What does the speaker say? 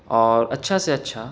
اور اچھا سے اچھا